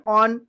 on